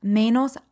menos